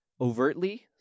overtly